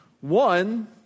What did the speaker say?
One